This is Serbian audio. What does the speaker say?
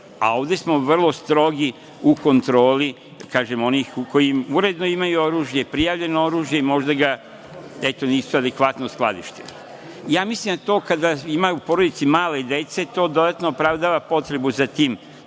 a ovde smo vrlo strogi u kontroli onih koji uredno imaju oružje, prijavljeno oružje i možda ga, eto, nisu adekvatno skladištili. Mislim da je to, kada ima u porodici male dece, to dodatno opravdava potrebu za tim